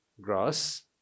grass